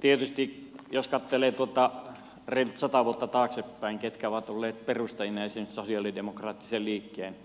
tietysti jos katselee reilut sata vuotta taaksepäin ketkä ovat olleet perustajina esimerkiksi sosialidemokraattisen liikkeen